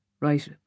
Right